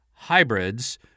hybrids